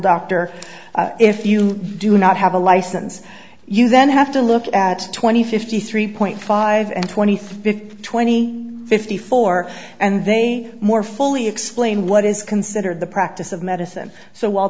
doctor if you do not have a license you then have to look at twenty fifty three point five and twenty three twenty fifty four and they more fully explain what is considered the practice of medicine so w